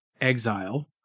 Exile